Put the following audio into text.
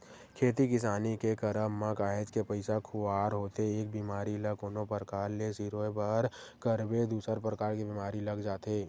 खेती किसानी के करब म काहेच के पइसा खुवार होथे एक बेमारी ल कोनो परकार ले सिरोय बर करबे दूसर परकार के बीमारी लग जाथे